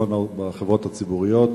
כמובן בחברות הציבוריות.